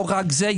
לא רק זה,